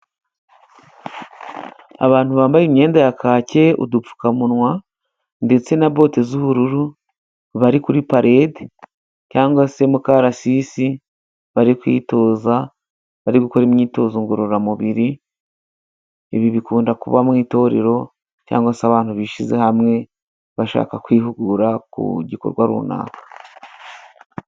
Abantu bambaye imyenda ya kake, udupfukamunwa, ndetse na bote z'ubururu, bari kuri palede cyangwa se mu karasisi bari kwitoza, bari gukora imyitozo ngororamubiri. Ibi bikunda kuba mu itorero cyangwa se abantu bishyize hamwe bashaka kwihugura ku gikorwa runaka.